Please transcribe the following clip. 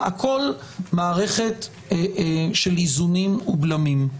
הכול מערכת של איזונים ובלמים.